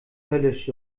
höllisch